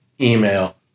email